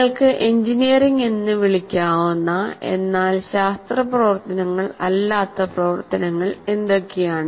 നിങ്ങൾക്ക് എഞ്ചിനീയറിംഗ് എന്ന് വിളിക്കാവുന്ന എന്നാൽ ശാസ്ത്ര പ്രവർത്തനങ്ങൾ അല്ലാത്ത പ്രവർത്തനങ്ങൾ എന്തൊക്കെയാണ്